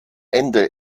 ende